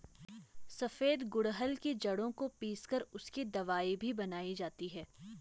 सफेद गुड़हल की जड़ों को पीस कर उसकी दवाई भी बनाई जाती है